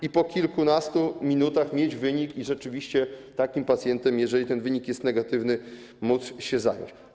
i po kilkunastu minutach mieć wynik, i rzeczywiście takim pacjentem, jeżeli ten wynik jest negatywny, móc się zająć.